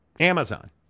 Amazon